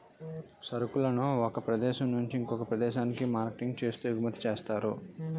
సరుకులను ఒక ప్రదేశం నుంచి ఇంకొక ప్రదేశానికి మార్కెటింగ్ చేస్తూ ఎగుమతి చేస్తారు